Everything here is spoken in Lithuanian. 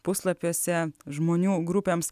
puslapiuose žmonių grupėms